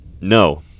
No